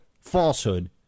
falsehood